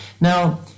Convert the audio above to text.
Now